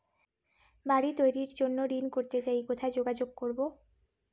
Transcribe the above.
বাড়ি তৈরির জন্য ঋণ করতে চাই কোথায় যোগাযোগ করবো?